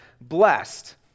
blessed